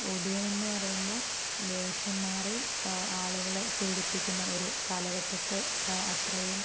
ഒടിയനെന്ന് പറയുമ്പോൾ വേഷം മാറി ആളുകളെ പേടിപ്പിക്കുന്ന ഒരു കാലഘട്ടത്തെ അത്രയും